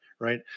right